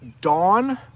dawn